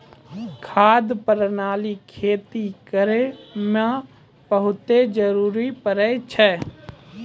खाद प्रणाली खेती करै म बहुत जरुरी पड़ै छै